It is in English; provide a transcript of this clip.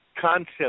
concept